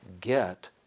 get